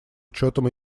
учетом